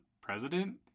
president